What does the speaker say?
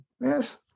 Yes